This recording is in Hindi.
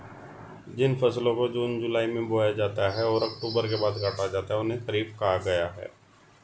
जिन फसलों को जून जुलाई में बोया जाता है और अक्टूबर के बाद काटा जाता है उन्हें खरीफ कहा गया है